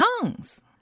tongues